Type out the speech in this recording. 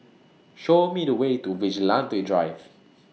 Show Me The Way to Vigilante Drive